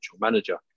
manager